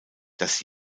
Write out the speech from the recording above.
dass